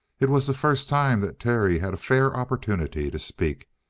it was the first time that terry had a fair opportunity to speak,